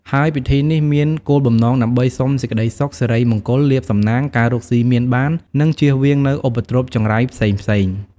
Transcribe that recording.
ហើយពិធីនេះមានគោលបំណងដើម្បីសុំសេចក្តីសុខ សិរីមង្គល លាភសំណាង ការរកស៊ីមានបាន និងចៀសវាងនូវឧបទ្រពចង្រៃផ្សេងៗ។